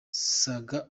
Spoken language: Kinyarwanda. saga